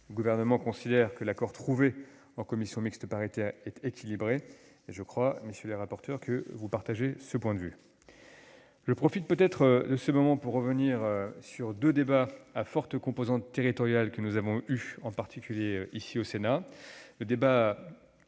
Gouvernement considère que l'accord trouvé en commission mixte paritaire est équilibré, et je crois, monsieur le rapporteur, que vous partagez ce point de vue. Permettez-moi de revenir sur deux débats à forte composante territoriale que nous avons eus, en particulier au Sénat. En